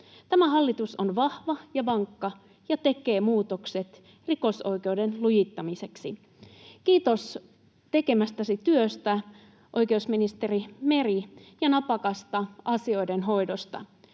Tämä hallitus on vahva ja vankka ja tekee muutokset rikosoikeuden lujittamiseksi. Kiitos tekemästäsi työstä, oikeusministeri Meri, ja napakasta asioiden hoidosta.